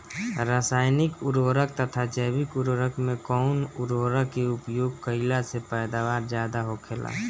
रसायनिक उर्वरक तथा जैविक उर्वरक में कउन उर्वरक के उपयोग कइला से पैदावार ज्यादा होखेला?